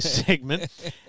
segment